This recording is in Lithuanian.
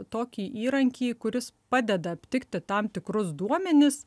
tokį įrankį kuris padeda aptikti tam tikrus duomenis